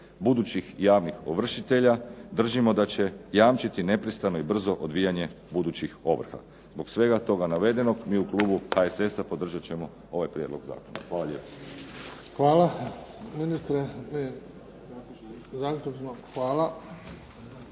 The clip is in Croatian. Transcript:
budućih javnih ovršitelja držimo da će jamčiti nepristrano i brzo odvijanje budućih ovrha. Zbog svega toga navedenog mi u klubu HSS-a podržat ćemo ovaj prijedlog zakona. Hvala lijepo.